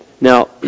Now